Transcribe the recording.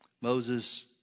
Moses